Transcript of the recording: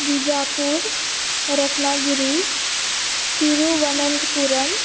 Bijapur Ratnagiri Thiruvananthapuram